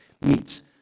meets